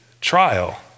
trial